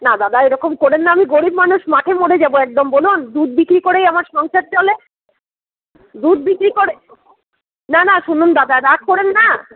না দাদা এইরকম করেন না আমি গরিব মানুষ মাঠে মরে যাবো একদন বলুন দুধ বিক্রি করেই আমার সংসার চলে দুধ বিক্রি করে না না শুনুন দাদা রাগ করেন না